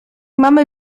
mamy